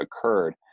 occurred